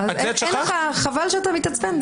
חבל שאתה מתעצבן.